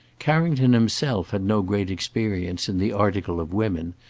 carrington himself had no great experience in the article of women,